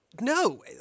no